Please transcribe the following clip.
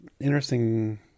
interesting